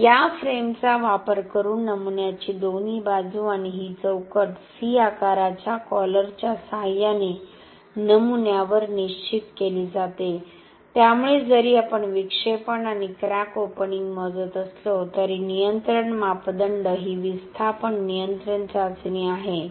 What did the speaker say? या फ्रेमचा वापर करून नमुन्याची दोन्ही बाजू आणि ही चौकट C आकाराच्या कॉलरच्या सहाय्याने नमुन्यावर निश्चित केली जाते त्यामुळे जरी आपण विक्षेपण आणि क्रॅक ओपनिंग मोजत असलो तरी नियंत्रण मापदंड ही विस्थापन नियंत्रण चाचणी आहे